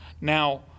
Now